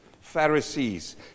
Pharisees